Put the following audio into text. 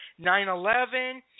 9-11